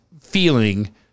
feeling